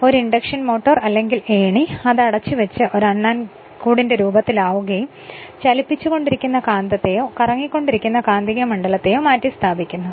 ഒരു induction motor അല്ലെങ്കിൽ ഏണി അത് അടച്ചുവച്ച് ഒരു സ്ക്യുറൽ കേജിന്റെ രൂപത്തിലാവുകയും ചലിപ്പിച്ച് കൊണ്ടിരിക്കുന്ന കാന്തത്തേയോ അല്ലെങ്കിൽ കറങ്ങിക്കൊണ്ടിരിക്കുന്ന കാന്തിക മണ്ഡലത്തേയോ മാറ്റി സ്ഥാപിക്കുന്നു